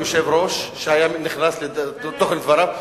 אני הייתי מוכן להעיר לכל יושב-ראש שהיה נכנס לתוכן דבריו.